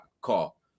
call